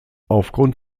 aufgrund